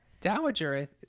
Dowager